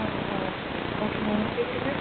ஆ ஓ ஓகேங்க ஓகேங்க உங்கள் பேருங்க